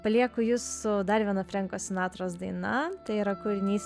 palieku jus su dar viena frenko sinatros daina tai yra kūrinys